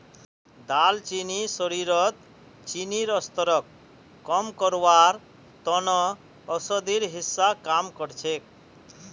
दालचीनी शरीरत चीनीर स्तरक कम करवार त न औषधिर हिस्सा काम कर छेक